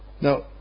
Now